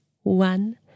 One